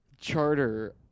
Charter